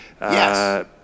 yes